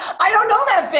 i don't know that bit!